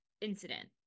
incident